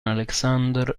alexander